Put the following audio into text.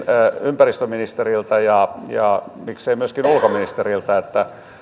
ympäristöministeriltä ja ja miksei myöskin ulkoministeriltä